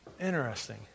Interesting